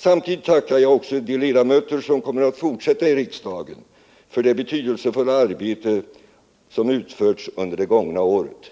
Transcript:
Samtidigt tackar jag också de ledamöter som kommer att fortsätta i riksdagen för det betydelsefulla arbete de utfört under det gångna året.